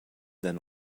than